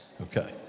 Okay